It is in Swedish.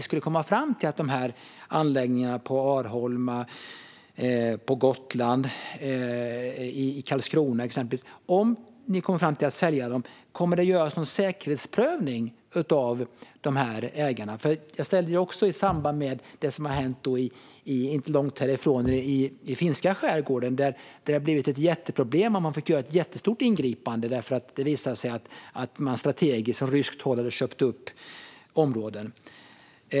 Kommer det att göras en säkerhetsprövning av köparna om ni skulle komma fram till att sälja exempelvis anläggningarna på Arholma, på Gotland och i Karlskrona? I samband med det som hände inte långt härifrån, i den finska skärgården, ställde jag liknande frågor. Där har det blivit ett jätteproblem, och man har fått göra ett väldigt stort ingripande. Det visade sig att man från ryskt håll strategiskt hade köpt upp områden.